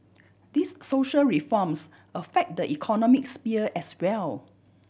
these social reforms affect the economic sphere as well